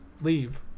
leave